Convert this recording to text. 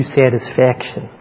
satisfaction